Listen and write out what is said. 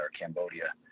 Cambodia